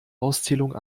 auszählung